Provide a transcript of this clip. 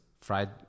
fried